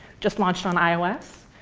just launched on ios,